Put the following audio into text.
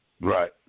Right